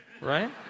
right